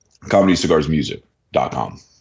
comedycigarsmusic.com